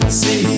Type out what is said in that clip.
see